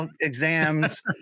exams